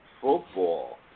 football